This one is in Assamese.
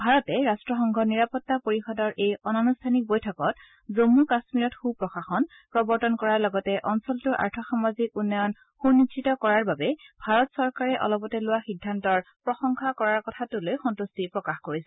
ভাৰতে ৰাষ্ট্ৰসংঘৰ নিৰাপত্তা পৰিষদৰ এই অনানুষ্ঠানিক বৈঠকত জম্মু কাশ্মীৰত সু প্ৰাশাসন প্ৰৱৰ্ত্তন কৰাৰ লগতে অঞ্চলটোৰ আৰ্থ সামাজিক উন্নয়ন সুনিশ্চিত কৰাৰ বাবে ভাৰত চৰকাৰে অলপতে লোৱা সিদ্ধান্তৰ প্ৰশংসা কৰাৰ কথাটো লৈ সন্তুষ্টি প্ৰকাশ কৰিছে